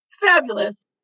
fabulous